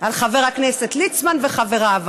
על חבר הכנסת ליצמן וחבריו.